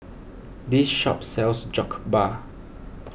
this shop sells Jokbal